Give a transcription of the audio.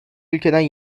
ülkeden